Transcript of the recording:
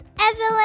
Evelyn